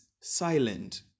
silent